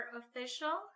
official